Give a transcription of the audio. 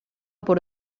por